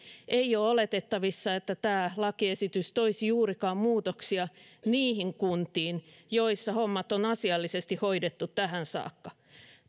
ei ole oletettavissa että tämä lakiesitys toisi juurikaan muutoksia niihin kuntiin joissa hommat on hoidettu asiallisesti tähän saakka